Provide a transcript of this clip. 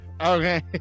Okay